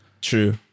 True